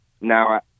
now